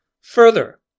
Further